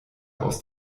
aus